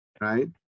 Right